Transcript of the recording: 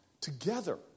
together